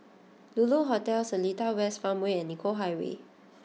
Lulu Hotel Seletar West Farmway and Nicoll Highway